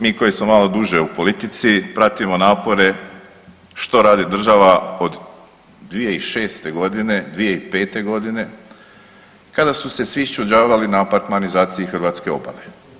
Mi koji smo malo duže u politici pratimo napore što radi država od 2006., 2005. godine kada su se svi išćuđavali na apartmanizaciji hrvatske obale.